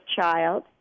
child